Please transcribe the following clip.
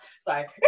sorry